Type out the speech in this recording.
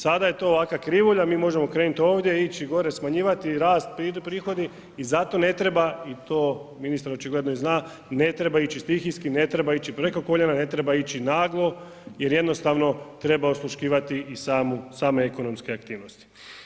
Sada je to ovakva krivulja, mi možemo krenuti ovdje, ići gore, smanjivati rast, prihodi i zato ne treba i to ministar očigledno i zna, ne treba ići stihijski, ne treba ići preko koljena, ne treba ići naglo jer jednostavno treba osluškivati i same ekonomske aktivnosti.